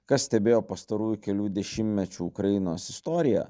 kas stebėjo pastarųjų kelių dešimtmečių ukrainos istoriją